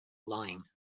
line